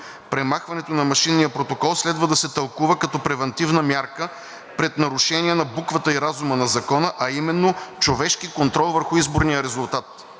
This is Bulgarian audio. Премахването на машинния протокол следва да се тълкува като превантивна мярка пред нарушение на буквата и разума на Закона, а именно човешки контрол върху изборния резултат.